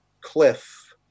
Cliff